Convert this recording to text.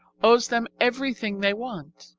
owes them everything they want.